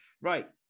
Right